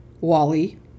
Wally